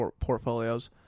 portfolios